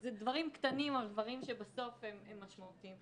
זה דברים קטנים אבל דברים שבסוף הם משמעותיים.